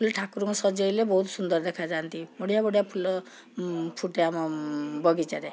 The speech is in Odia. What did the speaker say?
ଠାକୁରଙ୍କୁ ସଜେଇଲେ ବହୁତ ସୁନ୍ଦର ଦେଖାଯାଆନ୍ତି ବଢ଼ିଆ ବଢ଼ିଆ ଫୁଲ ଫୁଟେ ଆମ ବଗିଚାରେ